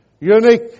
unique